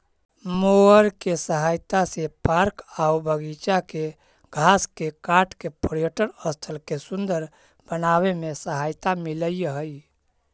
mower के सहायता से पार्क आऊ बागिचा के घास के काट के पर्यटन स्थल के सुन्दर बनावे में सहायता मिलऽ हई